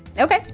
ok,